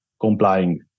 complying